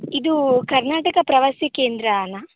ಇದು ಕರ್ನಾಟಕ ಪ್ರವಾಸಿ ಕೇಂದ್ರನಾ